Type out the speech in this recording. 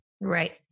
Right